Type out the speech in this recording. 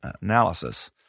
analysis